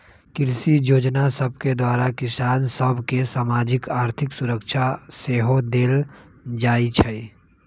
कृषि जोजना सभके द्वारा किसान सभ के सामाजिक, आर्थिक सुरक्षा सेहो देल जाइ छइ